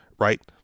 right